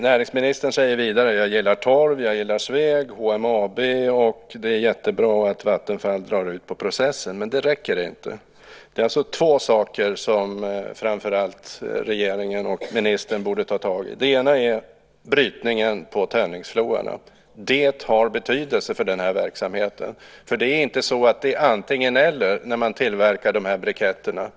Näringsministern säger vidare: Jag gillar torv, jag gillar Sveg, jag gillar HMAB och det är jättebra att Vattenfall drar ut på processen. Men det räcker inte. Det är alltså framför allt två saker som regeringen och ministern borde ta tag i. Den ena delen är brytningen på Tönningsfloarna. Den har betydelse för den här verksamheten. Det är inte så att det är antingen eller, när man tillverkar de här briketterna.